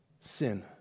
Sin